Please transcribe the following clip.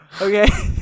Okay